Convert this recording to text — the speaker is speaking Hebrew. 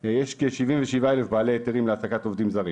כשבעים ושבעה אלף בעלי היתרים להעסקת עובדים זרים.